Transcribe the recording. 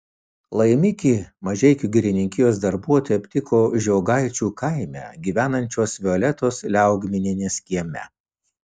laimikį mažeikių girininkijos darbuotojai aptiko žiogaičių kaime gyvenančios violetos liaugminienės kieme